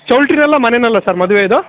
ಚೌಟ್ರಿನಲ್ಲಾ ಮನೇನಲ್ಲಾ ಸರ್ ಮದುವೆ ಇದು